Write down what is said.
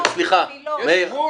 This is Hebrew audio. יש גבול.